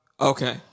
Okay